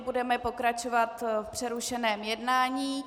Budeme pokračovat v přerušeném jednání.